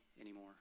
anymore